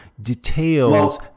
details